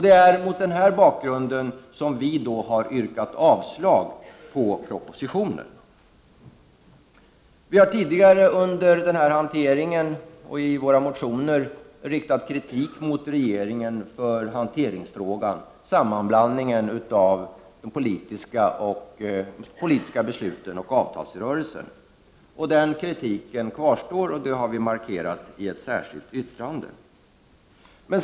Det är mot denna bakgrund som vi har yrkat avslag på propositionen. Vi har tidigare under hanteringen och i våra motioner riktat kritik mot regeringen i hanteringsfrågan, dvs. sammanblandningen av de politiska besluten och avtalsrörelsen. Den kritiken kvarstår, och det har vi markerat i ett särskilt yttrande.